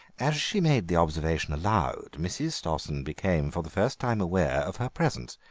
as she made the observation aloud mrs. stossen became for the first time aware of her presence.